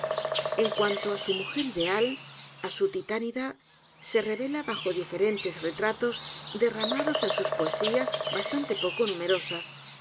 en cuanto á su mujer ideal á su titánida se revela bajo diferentes retratos derramados en s u s p o e s í a s bastante poco numerosas